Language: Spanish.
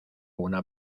una